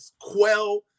quell